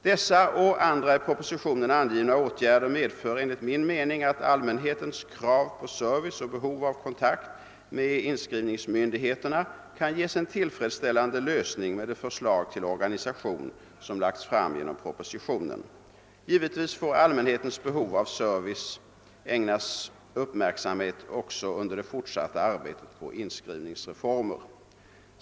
Dessa och andra i propositionen angivna åtgärder medför enligt min mening att frågan om allmänhetens krav på service och behov av kontakt med inskrivningsmyndigheterna kan ges en tillfredsställande lösning med det förslag till organisation som lagts fram genom propositionen. Givetvis får allmänhetens behov av service ägnas uppmärksamhet även under det fortsatta arbetet med inskrivningsreformen. Herr talman!